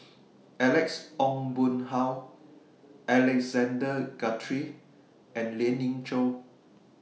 Alex Ong Boon Hau Alexander Guthrie and Lien Ying Chow